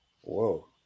Whoa